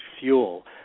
fuel